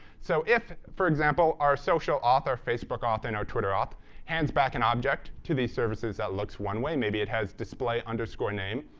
so if, for example, our social auth, our facebook auth, and our twitter auth hands back an object to these services. that looks one way. maybe it has display underscore name.